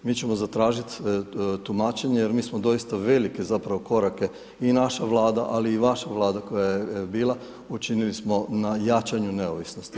Mi ćemo zatražiti tumačenje, jer mi smo velike zapravo korake i naša vlada, ali i vaša vlada koja je bila učinili smo na jačanje neovisnosti.